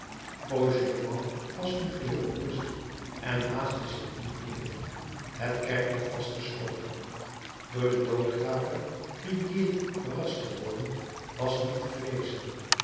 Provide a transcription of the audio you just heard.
fauchelevent was nu geheel gerust en haastte zich niet meer het kerkhof was gesloten door den doodgraver gribier verrast te worden was niet te vreezen